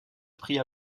prit